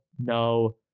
No